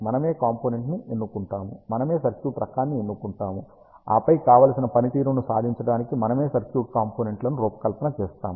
మనమే కాంపోనెంట్ ని ఎన్నుకుంటాము మనమే సర్క్యూట్ రకాన్ని ఎన్నుకుంటాము ఆపై కావలసిన పనితీరును సాధించడానికి మనమే సర్క్యూట్ కాంపోనెంట్ లను రూపకల్పన చేస్తాము